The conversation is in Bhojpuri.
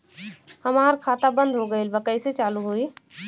हमार खाता बंद हो गईल बा कैसे चालू होई?